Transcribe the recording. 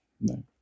No